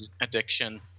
addiction